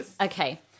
Okay